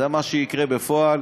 זה מה שיקרה בפועל,